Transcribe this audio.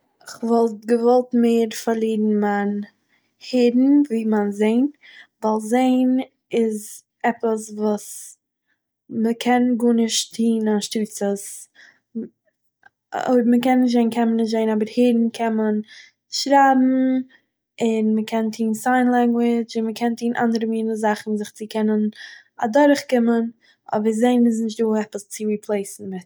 איך וואלט געוואלט מער פארלירן מיין הערן ווי מיין זעהן ווייל זעהן איז עפעס וואס מ'קען גארנישט טוהן אנשטאטס עס- אויב מ'קען נישט זעהן קען מען נישט זעהן אבער הערן - קען מען שרייבן און מ'קען טוהן סיין-לאנגווידזש און מ'קען טוהן אנדערע מיני זאכן זיך צו קענען אדורך קומען, אבער זעהן איז נישטא עפעס צו ריפלעיסן מיט